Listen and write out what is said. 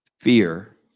Fear